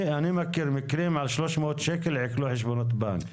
אני מכיר מקרים שעל 300 שקל עיקלו חשבונות בנק,